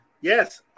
Yes